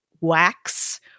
wax